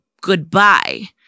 goodbye